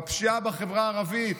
בפשיעה בחברה הערבית.